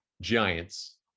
giants